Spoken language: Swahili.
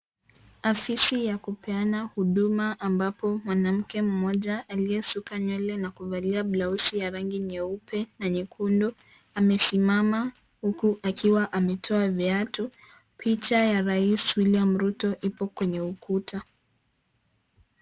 Afisi ya kupeana huduma ambapo mwanamke moja aliyesuka nywele na kuvalia blousi ya rangi nyeupe, na nyekundu amesimama huku akiwa ametoa viatu, picha ya raisi William Ruto ipo kwenye ukuta.